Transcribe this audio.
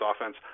offense